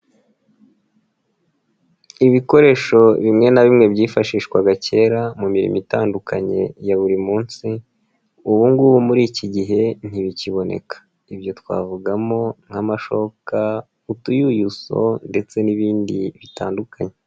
Ibikoresho bimwe na bimwe byifashishwaga kera mu mirimo itandukanye ya buri munsi ubu ngubu muri iki gihe ntibikiboneka, ibyo twavugamo nk'amashoka, utuyuyuso ndetse n'ibindi bitandukanye.